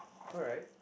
alright